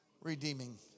redeeming